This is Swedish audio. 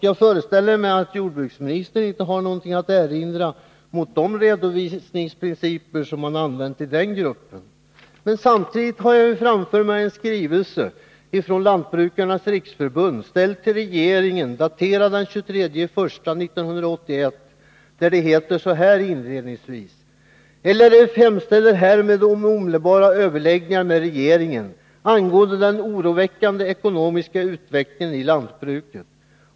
Jag föreställer mig att jordbruksministern inte har något att erinra mot den gruppens redovisningsprinciper. Framför mig har jag en skrivelse från Lantbrukarnas riksförbund. I skrivelsen, som är ställd till regeringen och daterad den 23 januari 1981, heter det inledningsvis: ”LRF hemställer härmed om omedelbara överläggningar med regeringen angående den oroväckande ekonomiska utvecklingen i lantbruket.